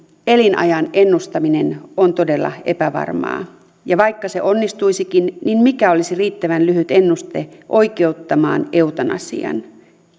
elinajan ennustaminen on todella epävarmaa ja vaikka se onnistuisikin niin mikä olisi riittävän lyhyt ennuste oikeuttamaan eutanasian